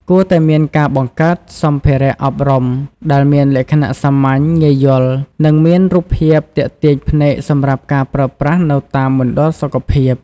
គួរតែមានការបង្កើតសម្ភារអប់រំដែលមានលក្ខណៈសាមញ្ញ ងាយយល់ និងមានរូបភាពទាក់ទាញភ្នែកសម្រាប់ការប្រើប្រាស់នៅតាមមណ្ឌលសុខភាព។